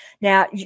Now